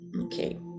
Okay